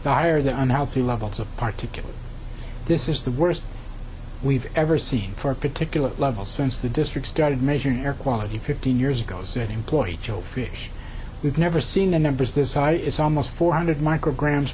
the higher the unhealthy levels of particularly this is the worst we've ever seen for a particular level since the district started measuring air quality fifteen years ago said employee joe fish we've never seen the numbers this high is almost four hundred micrograms